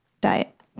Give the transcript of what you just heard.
diet